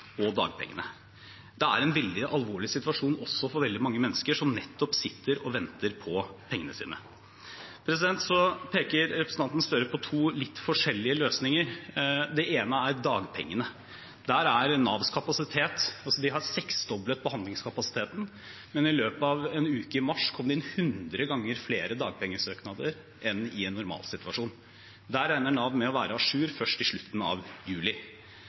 og dagpengene. Det er en veldig alvorlig situasjon også for veldig mange mennesker som nettopp sitter og venter på pengene sine. Representanten Gahr Støre peker på to litt forskjellige løsninger. Det ene er dagpengene. Nav har seksdoblet behandlingskapasiteten, men i løpet av en uke i mars kom det inn hundre ganger flere dagpengesøknader enn i en normalsituasjon. Der regner Nav med å være à jour først i slutten av juli.